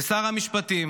ושר המשפטים,